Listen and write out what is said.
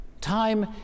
Time